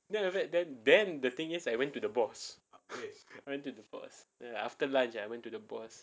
then after that then then the thing is I went to the boss I went to the boss then after lunch I went to the boss